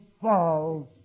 falls